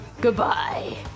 Goodbye